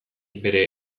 bere